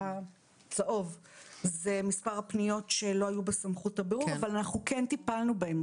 הצהוב זה מספר הפניות שלא היו בסמכות הבירור אבל אנחנו כן טיפלנו בהן.